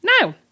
Now